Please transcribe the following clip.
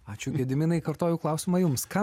ačiū gediminai kartoju klausimą jums ką